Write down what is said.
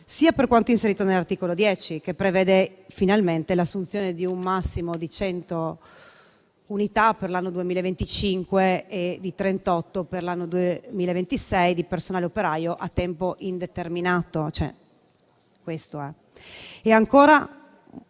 sia per quanto inserito nell'articolo 10, che prevede finalmente l'assunzione di un massimo di 100 unità per l'anno 2025 e di 38 per l'anno 2026 di personale operaio a tempo indeterminato. In